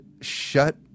shut